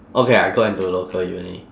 okay I got into a local uni